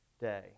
day